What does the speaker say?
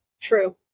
True